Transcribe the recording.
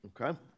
Okay